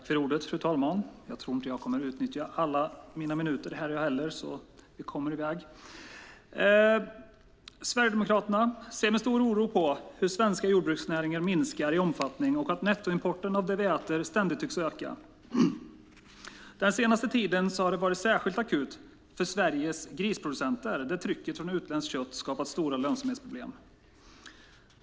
Fru talman! Sverigedemokraterna ser med stor oro på hur svenska jordbruksnäringar minskar i omfattning och att nettoimporten av det vi äter ständigt tycks öka. Den senaste tiden har det varit särskilt akut för Sveriges grisproducenter, där trycket från utländskt kött skapat stora lönsamhetsproblem.